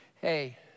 Hey